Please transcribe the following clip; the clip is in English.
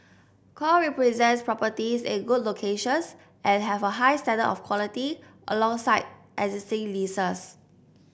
core represents properties in good locations and have a high standard of quality alongside existing leases